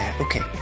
okay